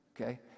Okay